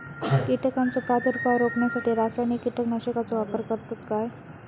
कीटकांचो प्रादुर्भाव रोखण्यासाठी रासायनिक कीटकनाशकाचो वापर करतत काय?